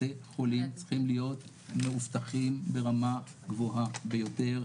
בתי חולים צריכים להיות מאובטחים ברמה גבוהה ביותר,